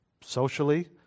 socially